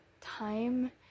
time